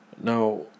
Now